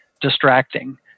distracting